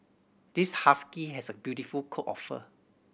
this husky has a beautiful coat of fur